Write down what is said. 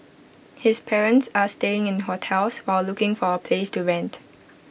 his parents are staying in hotels while looking for A place to rent